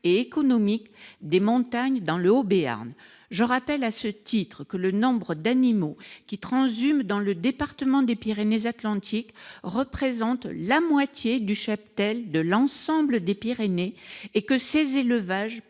et économique des montagnes dans le Haut-Béarn. Je rappelle à ce titre que le nombre d'animaux qui transhument dans le département des Pyrénées-Atlantiques représente la moitié du cheptel de l'ensemble des Pyrénées et que ces élevages